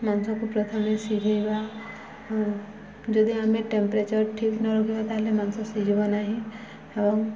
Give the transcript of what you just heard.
ମାଂସକୁ ପ୍ରଥମେ ସିଝେଇବା ଯଦି ଆମେ ଟେମ୍ପ୍ରେଚର୍ ଠିକ ନ ରଖିବା ତାହେଲେ ମାଂସ ସିଝିବ ନାହିଁ ଏବଂ